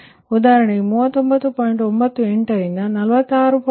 92 ರಿಂದ 46